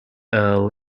earl